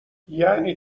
یعنی